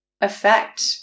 effect